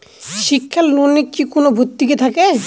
শিক্ষার লোনে কি কোনো ভরতুকি থাকে?